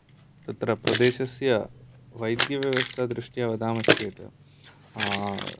तत्र प्रदेशस्य वैद्यव्यवस्थादृष्ट्या वदामश्चेत्